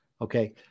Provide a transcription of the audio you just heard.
okay